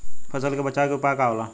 फसल के बचाव के उपाय का होला?